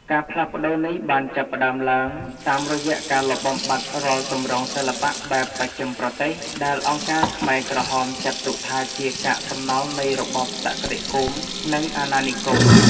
ការផ្លាស់ប្តូរនេះបានចាប់ផ្តើមឡើងតាមរយៈការលុបបំបាត់រាល់ទម្រង់សិល្បៈបែបបស្ចិមប្រទេស ដែលអង្គការខ្មែរក្រហមចាត់ទុកថាជាកាកសំណល់នៃរបបសក្តិភូមិ និងអាណានិគម។